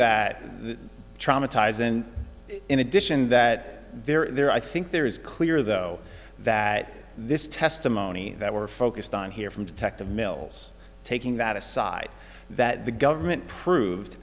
that traumatized and in addition that there i think there is clear though that this testimony that we're focused on here from detective mills taking that aside that the government proved